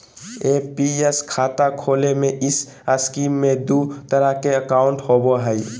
NPS खाता खोले में इस स्कीम में दू तरह के अकाउंट होबो हइ